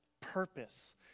purpose